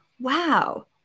wow